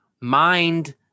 mind